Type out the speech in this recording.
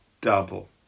double